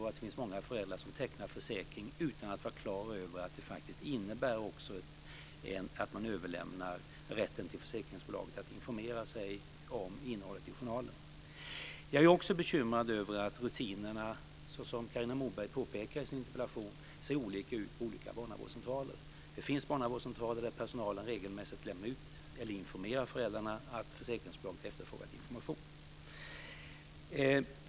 Det finns många föräldrar som tecknar försäkring utan att ha klart för sig att det faktiskt innebär att man ger försäkringsbolagen rätt att informera sig om innehållet i journalen. Jag är också bekymrad över att rutinerna - som Carina Moberg påpekade i sin interpellation - ser olika ut på olika barnavårdscentraler. Det finns barnavårdscentraler där personalen regelmässigt talar om för föräldrarna att ett försäkringsbolag har efterfrågat information.